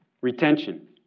Retention